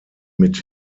mit